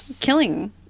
killing